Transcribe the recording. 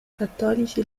cattolici